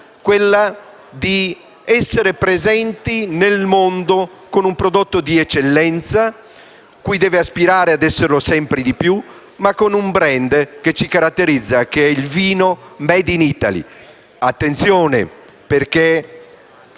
quella di essere presenti nel mondo con un prodotto di eccellenza e aspirare a esserlo sempre di più, con un *brand* che ci caratterizza, ossia il vino *made in Italy*. Attenzione, i pericoli